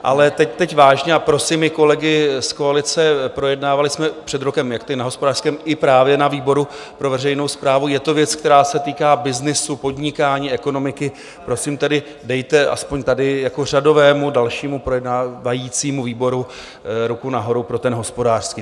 Ale teď vážně a prosím i kolegy z koalice, projednávali jsme před rokem jak na hospodářském, i právě na výboru pro veřejnou správu, je to věc, která se týká byznysu podnikání, ekonomiky, prosím tedy, dejte aspoň tady jako řadovému dalšímu projednávajícímu výboru ruku nahoru pro ten hospodářský.